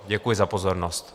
Děkuji za pozornost.